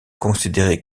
considéré